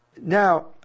Now